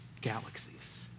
galaxies